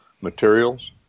Materials